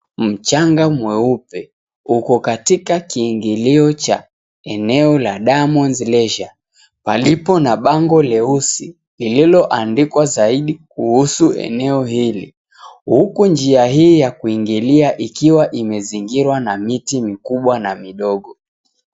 Mchanga mweupe uko katika kiingilio cha eneo la diamonds leisure palipo na bango leusi lililoandikwa zaidi kuhusu eneo hili huku njia hii ya kuingilia ikiwa imezingirwa na miti mikubwa na midogo.